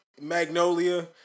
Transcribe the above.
Magnolia